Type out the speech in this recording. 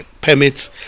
Permits